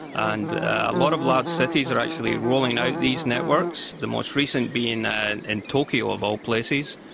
and a lot of large cities are actually rolling out these networks, the most recent being in tokyo, of all places,